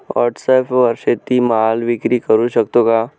व्हॉटसॲपवर शेती माल विक्री करु शकतो का?